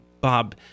Bob